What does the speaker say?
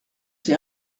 ces